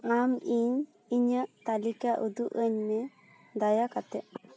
ᱟᱢ ᱤᱧ ᱤᱧᱟᱹᱜ ᱛᱟᱞᱤᱠᱟ ᱩᱫᱩᱜ ᱟᱹᱧ ᱢᱮ ᱫᱟᱭᱟ ᱠᱟᱛᱮᱫ